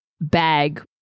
bag